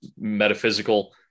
metaphysical